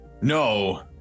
No